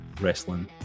wrestling